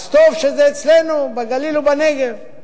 אז טוב שזה אצלנו, בגליל ובנגב.